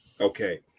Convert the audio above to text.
Okay